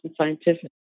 scientific